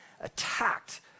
attacked